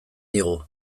digu